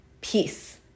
peace